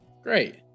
Great